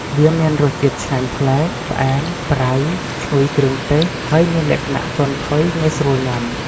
វាមានរសជាតិឆ្ងាញ់ប្លែក ផ្អែម ប្រៃ ឈ្ងុយគ្រឿងទេស ហើយមានលក្ខណៈទន់ផុយ ងាយស្រួលញ៉ាំ។